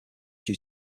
due